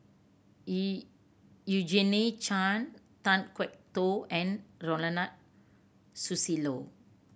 E Eugene Chen Kan Kwok Toh and Ronald Susilo